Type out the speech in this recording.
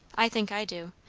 i think i do.